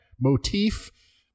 motif